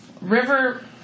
River